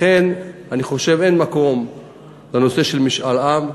לכן, אני חושב שאין מקום לנושא של משאל עם.